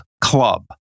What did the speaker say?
club